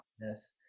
yes